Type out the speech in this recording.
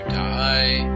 die